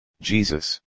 Jesus